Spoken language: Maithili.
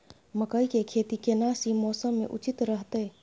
मकई के खेती केना सी मौसम मे उचित रहतय?